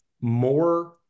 more